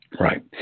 Right